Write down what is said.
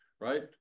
Right